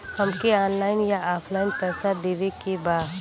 हमके ऑनलाइन या ऑफलाइन पैसा देवे के बा?